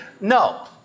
No